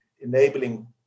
enabling